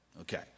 Okay